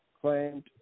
claimed